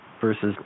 versus